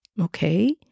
okay